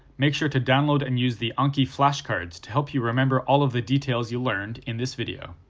make sure to download and use the anki flashcards to help you remember all of the details you learned in this video.